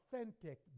authentic